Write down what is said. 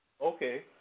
Okay